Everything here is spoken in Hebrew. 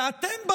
ואתם באים,